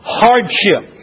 hardship